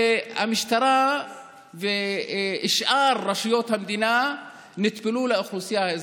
והמשטרה ושאר רשויות המדינה נטפלו לאוכלוסייה האזרחית.